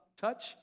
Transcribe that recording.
touch